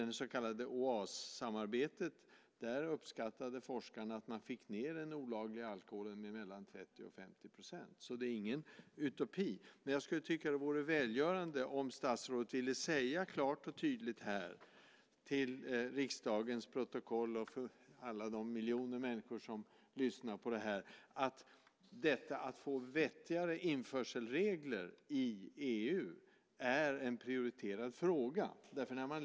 I OAS, Oberoende alkoholsamarbetet, uppskattade forskarna att man fick ned den olagliga alkoholhanteringen med 30-50 %. Det är ingen utopi. Det vore välgörande om statsrådet ville klart och tydligt få fört till riksdagens protokoll och säga till alla miljoner människor som lyssnar på detta att frågan om att få vettigare införselregler i EU är prioriterad.